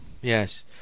Yes